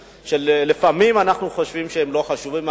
שלפעמים אנחנו חושבים שהם לא חשובים.